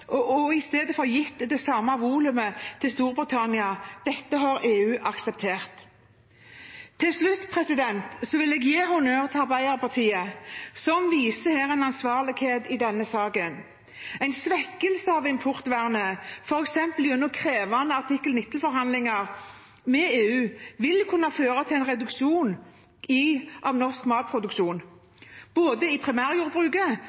det samme volumet til Storbritannia. Dette har EU akseptert. Til slutt vil jeg gi honnør til Arbeiderpartiet, som viser en ansvarlighet i denne saken. En svekkelse av importvernet, f.eks. gjennom krevende artikkel 19-forhandlinger med EU, vil kunne føre til en reduksjon av norsk matproduksjon, både i primærjordbruket